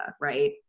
right